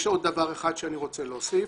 יש עוד דבר אחד שאני רוצה להוסיף.